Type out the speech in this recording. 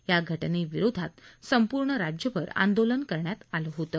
या घटनेविरोधात संपूर्ण राज्यभर आंदोलन करण्यात आलं होतं